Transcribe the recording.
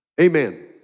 Amen